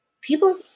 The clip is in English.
people